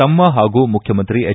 ತಮ್ನ ಹಾಗೂ ಮುಖ್ಯಮಂತ್ರಿ ಹೆಚ್